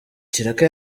ikiraka